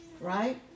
Right